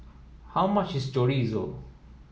how much is Chorizo